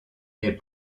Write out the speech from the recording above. est